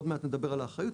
עוד מעט נדבר על האחריות.